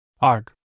Arg